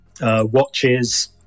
watches